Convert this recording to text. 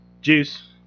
Juice